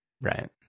right